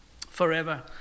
forever